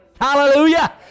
Hallelujah